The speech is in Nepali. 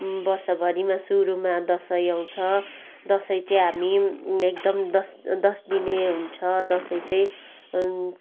वर्षभरिमा सुरुमा दसैँ आउँछ दसैँ चाहिँ हामी एकदम दस दस दिने हुन्छ दसैँ चाहिँ अन्